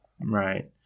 Right